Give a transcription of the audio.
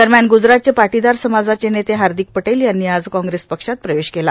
दरम्यान गुजरातचे पाटीदार समाजाचे नेते हार्दिक पटेल यांनी आज काँग्रेस पक्षात प्रवेश केला